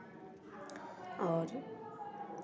और